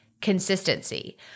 consistency